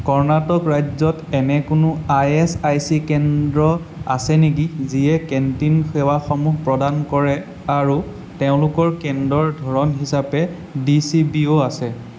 কৰ্ণাটক ৰাজ্যত এনে কোনো ইএচআইচি কেন্দ্ৰ আছে নেকি যিয়ে কেন্টিন সেৱাসমূহ প্ৰদান কৰে আৰু তেওঁলোকৰ কেন্দ্ৰৰ ধৰণ হিচাপে ডিচিবিও আছে